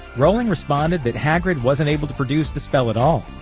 rowling responded that hagrid wasn't able to produce the spell at all,